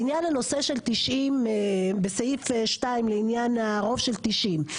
בעניין הנושא של 90 ,בסעיף 2 לעניין הרוב של 90,